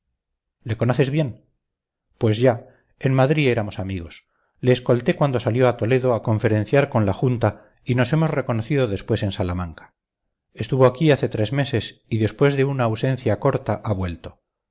le conoces bien pues ya en madrid éramos amigos le escolté cuando salió a toledo a conferenciar con la junta y nos hemos reconocido después en salamanca estuvo aquí hace tres meses y después de una ausencia corta ha vuelto